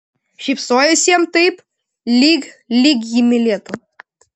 šypsojosi jam taip lyg lyg jį mylėtų